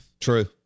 True